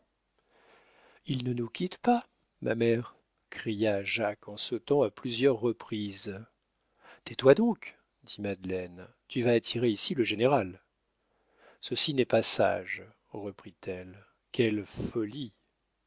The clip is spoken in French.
il ne nous quitte pas ma mère cria jacques en sautant à plusieurs reprises tais-toi donc dit madeleine tu vas attirer ici le général ceci n'est pas sage reprit-elle quelle folie